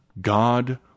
God